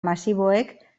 masiboek